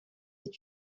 est